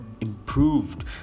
improved